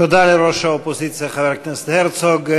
תודה לראש האופוזיציה, חבר הכנסת הרצוג.